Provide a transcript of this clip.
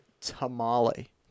Tamale